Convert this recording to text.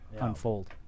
unfold